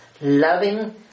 loving